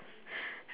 and the child